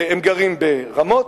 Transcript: הם גרים ברמות,